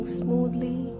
smoothly